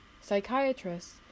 Psychiatrists